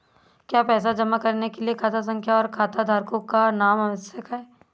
क्या पैसा जमा करने के लिए खाता संख्या और खाताधारकों का नाम आवश्यक है?